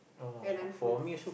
yeah handphone